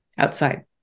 outside